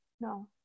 No